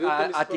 תביאו את המספרים.